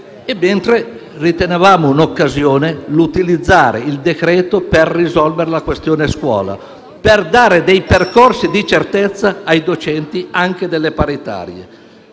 Al contrario, ritenevamo un'occasione utilizzare il decreto-legge per risolvere la questione scuola, per dare percorsi di certezza ai docenti anche delle scuole paritarie.